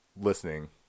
listening